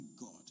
God